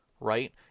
Right